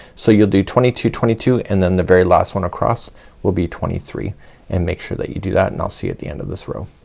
so you'll do twenty two, twenty two and then the very last one across will be twenty three and make sure that you do that and i'll see you at the end of this row.